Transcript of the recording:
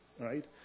right